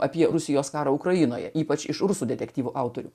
apie rusijos karą ukrainoje ypač iš rusų detektyvų autorių